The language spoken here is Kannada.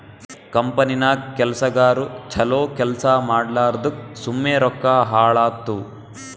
ಕಂಪನಿನಾಗ್ ಕೆಲ್ಸಗಾರು ಛಲೋ ಕೆಲ್ಸಾ ಮಾಡ್ಲಾರ್ದುಕ್ ಸುಮ್ಮೆ ರೊಕ್ಕಾ ಹಾಳಾತ್ತುವ್